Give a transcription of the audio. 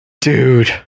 dude